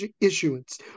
issuance